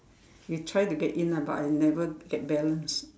he tried to get in ah but I've never get balanced